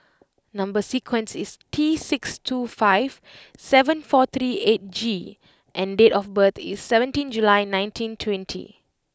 number sequence is T six two five seven four three eight G and date of birth is seventeen July nineteen twenty